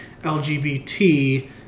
LGBT